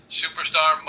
superstar